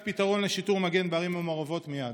פתרון לשיטור מגן בערים המעורבות מייד.